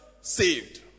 saved